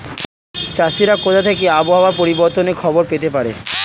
চাষিরা কোথা থেকে আবহাওয়া পরিবর্তনের খবর পেতে পারে?